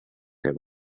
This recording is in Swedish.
det